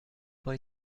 pas